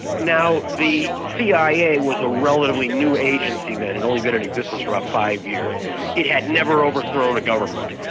now the cia was a relatively new agency then, they'd and only been and in business for about five years it had never overthrown a government,